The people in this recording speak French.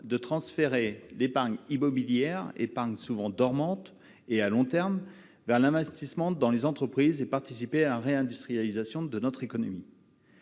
de transférer l'épargne immobilière, épargne souvent dormante, et ce à long terme, vers l'investissement dans les entreprises, et de participer à la réindustrialisation de notre économie.